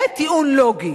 זה טיעון לוגי.